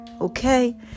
Okay